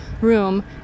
room